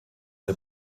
der